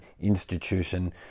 institution